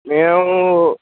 మేము